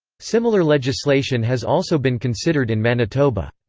similar legislation has also been considered in manitoba.